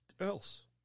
else